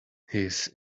his